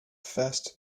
first